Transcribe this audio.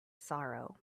sorrow